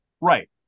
right